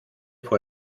fue